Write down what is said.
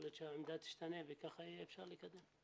יכול להיות שהעמדה תשתנה וככה יהיה אפשר לקדם.